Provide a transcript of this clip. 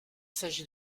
s’agit